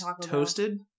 toasted